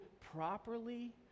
properly